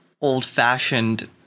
old-fashioned